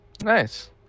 Nice